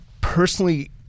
personally